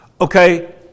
Okay